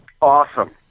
Awesome